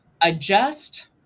adjust